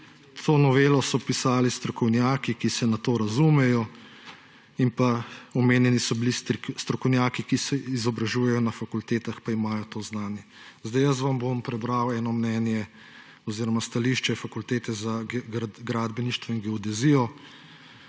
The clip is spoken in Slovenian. »To novelo so pisali strokovnjaki, ki se na to razumejo« in pa omenjeni so bili strokovnjaki, ki se izobražujejo na fakultetah, pa imajo to znanje. Sedaj vam bom prebral eno mnenje oziroma stališče Fakultete za gradbeništvo in geodezijo.